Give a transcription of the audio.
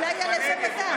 אולי היא על איזה מדף.